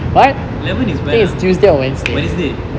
eleven when ah wednesday